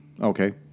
Okay